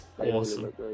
awesome